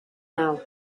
now